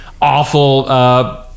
awful